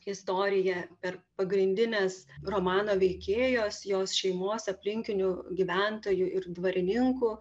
istoriją per pagrindinės romano veikėjos jos šeimos aplinkinių gyventojų ir dvarininkų